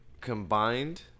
combined